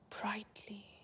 brightly